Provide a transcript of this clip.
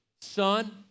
son